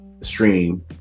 stream